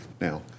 Now